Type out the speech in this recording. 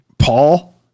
Paul